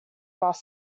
bus